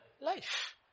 life